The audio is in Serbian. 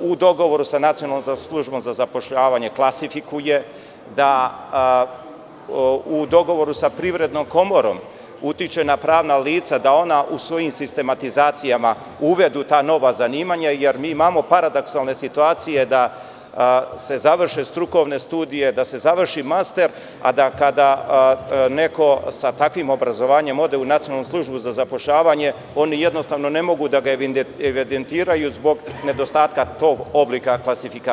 u dogovoru sa Nacionalnom službom za zapošljavanje klasifikuje, da u dogovoru sa Privrednom komorom utiče na pravna lica da ona u svojim sistematizacijama uvedu ta nova zanimanja, jer imamo paradoksalne situacije da se završe strukovne studije, da se završi master, a da kada neko sa takvim obrazovanjem ode u Nacionalnu službu za zapošljavanje oni jednostavno ne mogu da ga evidentiraju zbog nedostatka tog oblika klasifikacije.